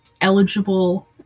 eligible